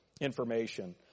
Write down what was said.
information